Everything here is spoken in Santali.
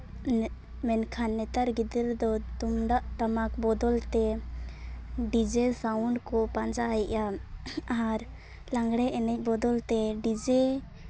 ᱢᱮᱱᱠᱷᱟᱱ ᱱᱮᱛᱟᱨ ᱜᱤᱫᱽᱨᱟᱹ ᱫᱚ ᱛᱩᱢᱫᱟᱹᱜ ᱴᱟᱢᱟᱠ ᱵᱚᱫᱚᱞ ᱛᱮ ᱰᱤᱡᱮ ᱥᱟᱣᱩᱱᱰ ᱠᱚ ᱯᱟᱸᱡᱟᱭᱮᱜᱼᱟ ᱟᱨ ᱞᱟᱜᱽᱲᱮ ᱮᱱᱮᱡ ᱵᱚᱫᱚᱞᱛᱮ ᱰᱤᱡᱮ